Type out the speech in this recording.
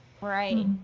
Right